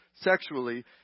sexually